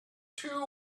two